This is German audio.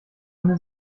eine